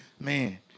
man